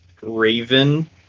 Raven